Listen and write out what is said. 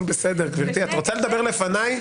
את רוצה לדבר לפניי?